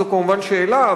זו כמובן שאלה,